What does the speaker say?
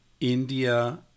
india